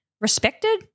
respected